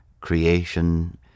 creation